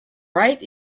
right